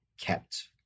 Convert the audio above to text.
kept